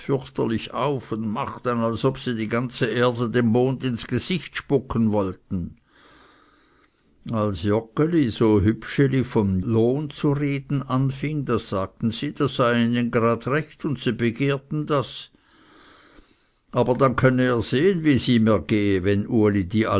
auf und machten als ob sie die ganze erde dem mond ins gesicht spucken wollten als joggeli so hübscheli von lohngeben zu reden anfing da sagten sie das sei ihnen gerade recht und sie begehrten es aber dann könne er sehen wie es ihm ergehe wenn uli alle die